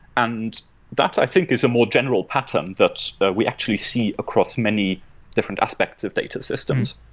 and that i think is a more general pattern that we actually see across many different aspects of data systems.